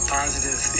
positive